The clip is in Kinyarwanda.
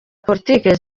politiki